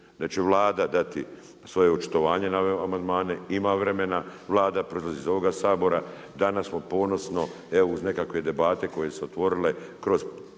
da će Vlada dati svoje očitovanje na ove amandmane, ima vremena, Vlada proizlazi iz ovoga Sabora. Danas smo ponosno evo uz nekakve debate koje su se otvorile oko